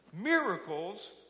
Miracles